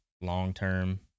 long-term